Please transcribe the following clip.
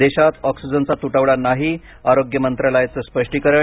देशात ऑक्सीजनचा तुटवडा नाही आरोग्य मंत्रालयाचं स्पष्टीकरण